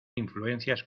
influencias